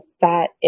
fat